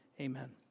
Amen